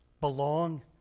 belong